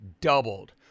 doubled